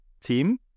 team